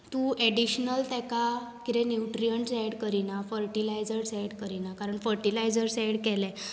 तूं एडिशनल ताका कितें न्युट्रिशन एड करिना फर्टीलायजस एड करिना कारण फर्टिलायजर्स एड केले जाल्यार